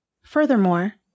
Furthermore